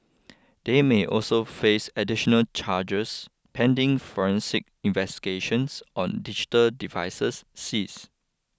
they may also face additional charges pending forensic investigations on digital devices seize